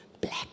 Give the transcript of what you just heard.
black